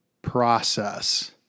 process